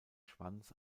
schwanz